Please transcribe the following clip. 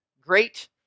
great